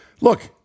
Look